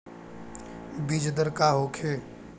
बीजदर का होखे?